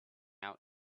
out